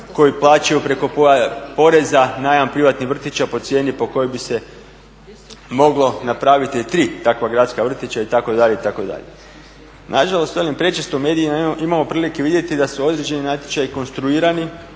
koji plaćaju preko poreza najam privatnih vrtića po cijeni po kojoj bi se moglo napraviti tri takva gradska vrtića itd., itd. Nažalost velim prečesto u medijima imamo prilike vidjeti da su određeni natječaji konstruirani